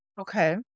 Okay